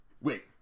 Wait